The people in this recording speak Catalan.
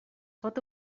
pot